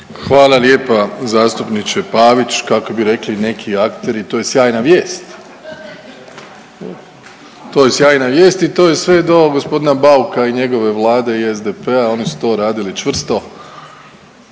Hvala lijepa zastupniče Pavić. Kako bi rekli neki akteri, to je sjajna vijest. To je sjajna vijest i to je sve do g. Bauka i njegove Vlade i SDP-a, oni su to radili čvrsto